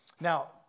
now